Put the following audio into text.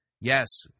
Yes